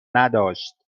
نداشت